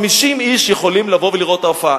50 איש יכולים לבוא ולראות את ההופעה.